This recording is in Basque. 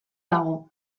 dago